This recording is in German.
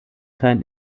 kein